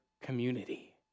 community